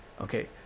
okay